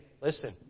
Listen